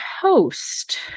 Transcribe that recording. host